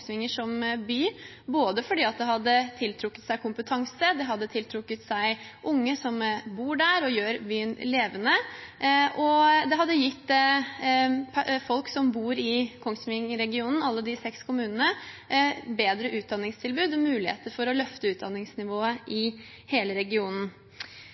som by, både fordi det hadde tiltrukket seg kompetanse, fordi det hadde tiltrukket seg unge som bor der og gjør byen levende, og fordi det hadde gitt folk som bor i Kongsvinger-regionen – gitt alle de seks kommunene – bedre utdanningstilbud og muligheter for å løfte utdanningsnivået